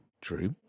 True